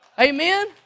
Amen